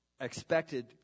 expected